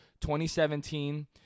2017